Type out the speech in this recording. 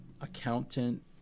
accountant